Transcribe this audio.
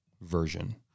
version